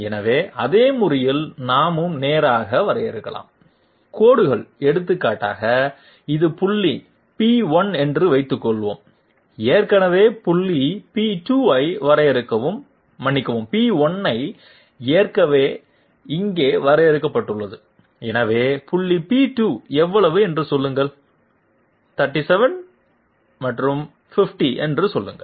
எனவே அதே முறையில் நாமும் நேராக வரையறுக்கலாம் கோடுகள் எடுத்துக்காட்டாக இது புள்ளி p1 என்று வைத்துக்கொள்வோம் ஏற்கனவே புள்ளி p2 ஐ வரையறுக்கவும் மன்னிக்கவும் p1 ஏற்கனவே இங்கே வரையறுக்கப்பட்டுள்ளது எனவே புள்ளி p2 எவ்வளவு என்று சொல்லுங்கள் 37 மற்றும் 50 என்று சொல்லுங்கள்